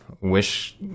wish